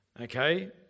Okay